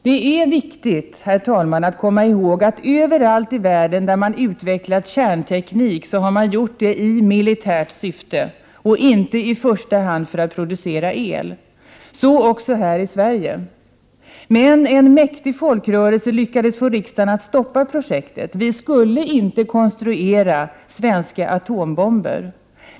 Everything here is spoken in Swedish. Det är viktigt, herr talman, att komma ihåg att överallt i världen där man utvecklat kärnteknik har man gjort det i militärt syfte och inte i första hand för att producera el. Så också här i Sverige. Men en mäktig folkrörelse lyckades få riksdagen att stoppa projektet; vi skulle inte konstruera svenska atombomber.